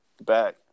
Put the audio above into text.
back